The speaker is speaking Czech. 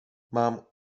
mám